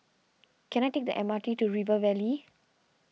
can I take the M R T to River Valley